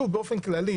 כללי,